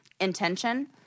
intention